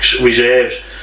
Reserves